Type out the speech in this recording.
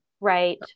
Right